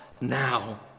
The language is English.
now